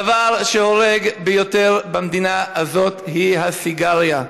הדבר שהורג ביותר במדינה הזאת הוא הסיגריה.